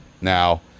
Now